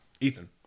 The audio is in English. Ethan